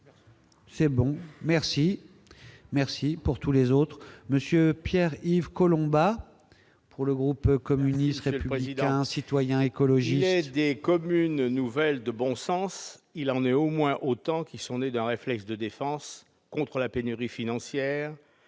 fin du débat. La parole est à M. Pierre-Yves Collombat, pour le groupe communiste républicain citoyen et écologiste. Il est des communes nouvelles de bon sens ; il en est au moins autant qui sont nées d'un réflexe de défense contre la pénurie financière,